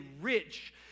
rich